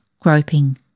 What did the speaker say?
groping